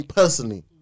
personally